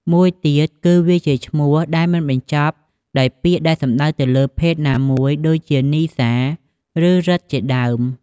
មួយទៀតគឺវាជាឈ្មោះដែលមិនបញ្ចប់ដោយពាក្យដែលសំដៅទៅលើភេទណាមួយ ដូចជា នីស្សា ឬ រិទ្ធជាដើម។